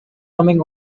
coming